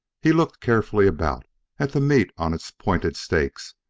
he looked carefully about at the meat on its pointed stakes,